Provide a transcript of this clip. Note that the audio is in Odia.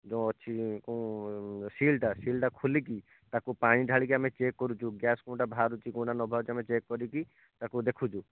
ଯୋଉ ଅଛି କ ସିଲ୍ ଟା ସିଲ୍ ଟା ଖୁଲିକି ତା'କୁ ପାଣି ଢାଳିକି ଆମେ ଚେକ୍ କରୁଛୁ ଗ୍ୟାସ୍ କୋଉଟା ବାହାରୁଛି କୋଉଟା ନ ବାହାରୁଛି ଆମେ ଚେକ୍ କରିକି ତା'କୁ ଦେଖୁଛୁ